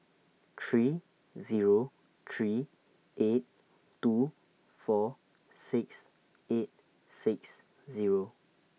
three Zero three eight two four six eight six Zero